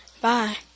Bye